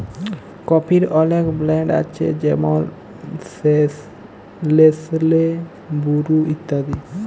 কফির অলেক ব্র্যাল্ড আছে যেমল লেসলে, বুরু ইত্যাদি